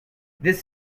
this